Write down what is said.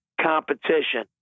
competition